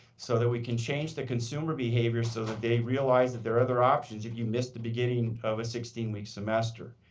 so that we can change the consumer behavior so that they realize there are other options if you missed the beginning of a sixteen week semester.